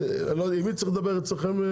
עם מי צריך לדבר אצלכם?